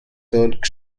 talk